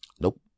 nope